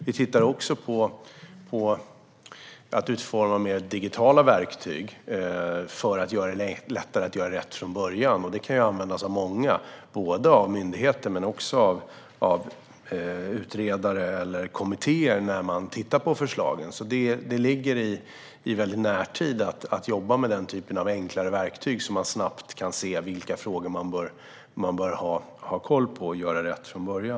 Vi tittar också på att utforma mer digitala verktyg för att det ska vara lättare att göra rätt från början. Sådana verktyg kan användas av många, både av myndigheter och av utredare eller av kommittéer. Det ligger i närtid att jobba med den typen av enklare verktyg så att man snabbt kan se vilka frågor som man bör ha koll på för att göra rätt från början.